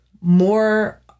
more